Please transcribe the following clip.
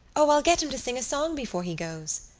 o, i'll get him to sing a song before he goes.